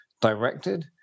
directed